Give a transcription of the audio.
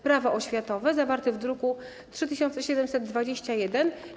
Prawo oświatowe zawarty w druku nr 3721.